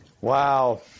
Wow